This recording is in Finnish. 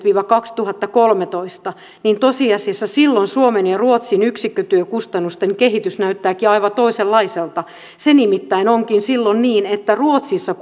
viiva kaksituhattakolmetoista ja tosiasiassa silloin suomen ja ruotsin yksikkötyökustannusten kehitys näyttääkin aivan toisenlaiselta se nimittäin onkin silloin niin että ruotsissa